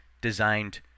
designed